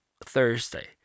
Thursday